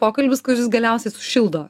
pokalbis kuris galiausiai sušildo